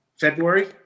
February